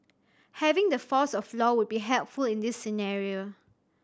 having the force of law would be helpful in this scenario